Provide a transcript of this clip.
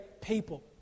people